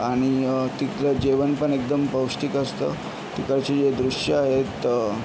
आणि तिथलं जेवण पण एकदम पौष्टिक असतं तिकडची जे दृश्य आहेत